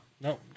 No